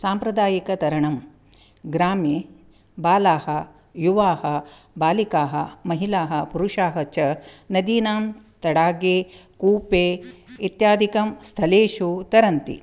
साम्प्रदायिकतरणं ग्रामे बालाः युवाः बालिकाः महिलाः पुरुषाः च नदीनां तडागे कूपे इत्यादिकं स्थलेषु तरन्ति